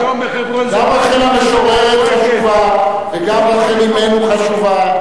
גם רחל המשוררת חשובה וגם רחל אמנו חשובה,